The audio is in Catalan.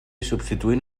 substituint